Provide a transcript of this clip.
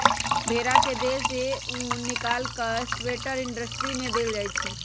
भेड़ा के देह से उन् निकाल कऽ स्वेटर इंडस्ट्री में देल जाइ छइ